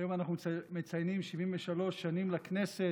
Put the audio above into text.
היום אנחנו מציינים 73 שנים לכנסת,